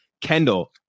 Kendall